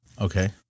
Okay